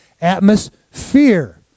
atmosphere